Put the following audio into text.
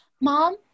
mom